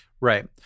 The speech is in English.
Right